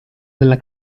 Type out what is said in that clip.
della